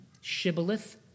shibboleth